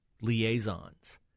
liaisons